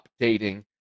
updating